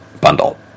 bundle